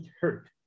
hurt